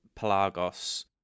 Pelagos